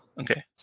Okay